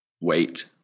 wait